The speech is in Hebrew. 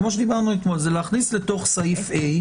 היא להכניס לתוך סעיף קטן (ה)